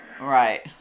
Right